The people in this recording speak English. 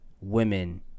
Women